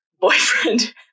boyfriend